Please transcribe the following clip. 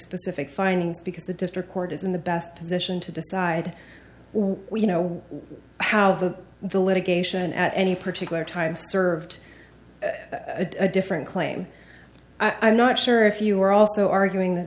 specific findings because the district court is in the best position to decide you know how the the litigation at any particular time served a different claim i'm not sure if you were also arguing